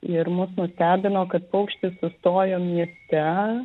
ir mus nustebino kad paukštis sustojo mieste